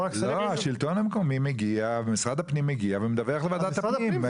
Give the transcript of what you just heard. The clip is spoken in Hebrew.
השלטון המקומי מגיע ומשרד הפנים מגיע ומדווחים לוועדת הפנים.